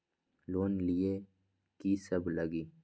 Loan लिए की सब लगी?